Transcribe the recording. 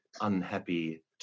unhappy